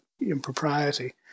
impropriety